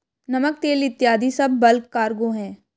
नमक, तेल इत्यादी सब बल्क कार्गो हैं